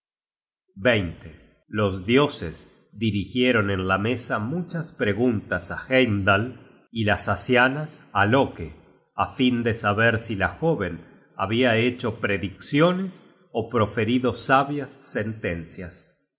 los dioses dirigieron en la mesa muchas preguntas á heimdal y las asianas á loke á fin de saber si la jóven habia hecho predicciones ó